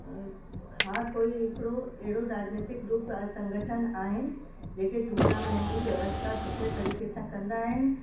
हा कोई हिकिड़ो अहिड़ो राजनैतिक ग्रुप ऐं संगठन आहिनि जेके टूर्नामेंट जी व्यवस्था सुठे तरीक़े सां कंदा आहिनि